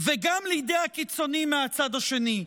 וגם לידי הקיצוניים מהצד השני.